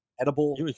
edible